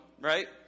Right